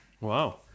Wow